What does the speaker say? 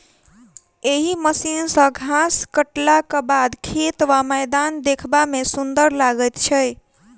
एहि मशीन सॅ घास काटलाक बाद खेत वा मैदान देखबा मे सुंदर लागैत छै